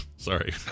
Sorry